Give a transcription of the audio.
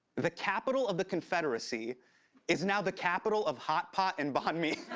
the capital of the confederacy is now the capital of hot pot and banh mi.